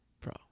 bro